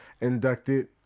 inducted